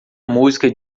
música